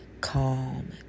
calm